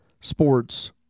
sports